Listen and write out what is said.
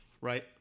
Right